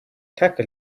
tackle